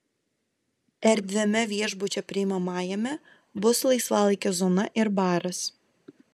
erdviame viešbučio priimamajame bus laisvalaikio zona ir baras